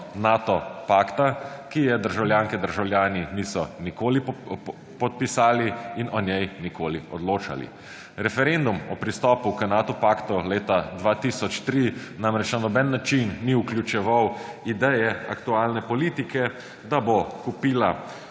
Nato pakta, ki je državljanke in državljani niso nikoli podpisali in o njej nikoli odločali. Referendum o pristopu k Nato paktu leta 2003 namreč na noben način ni vključeval ideje aktualne politike, da bo kupila